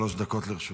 שלוש דקות לרשותך.